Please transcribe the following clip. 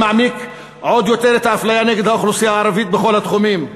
מעמיק עוד יותר את האפליה נגד האוכלוסייה הערבית בכל התחומים.